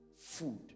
food